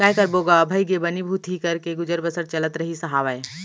काय करबो गा भइगे बनी भूथी करके गुजर बसर चलत रहिस हावय